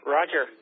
Roger